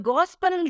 Gospel